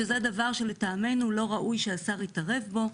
שזה דבר שלטעמנו לא ראוי שהשר יתערב בו.